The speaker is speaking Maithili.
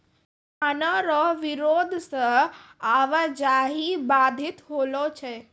किसानो रो बिरोध से आवाजाही बाधित होलो छै